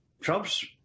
Trump's